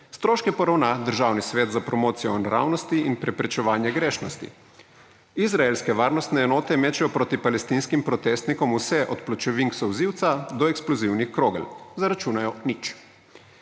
Stroške poravna državni svet za promocijo nravnosti in preprečevanje grešnosti. Izraelske varnostne enote mečejo proti palestinskim protestnikom vse, od pločevink solzivca do eksplozivnih krogel. Zaračunajo nič.